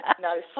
No